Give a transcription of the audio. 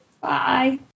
Bye